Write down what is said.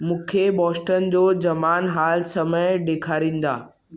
मूंखे बॉस्ट्न जो ज़मान हाल समय ॾेखारींदा